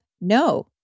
No